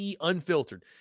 unfiltered